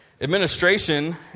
administration